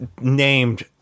named